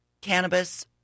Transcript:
cannabis